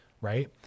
right